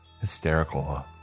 hysterical